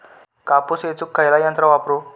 कापूस येचुक खयला यंत्र वापरू?